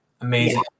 Amazing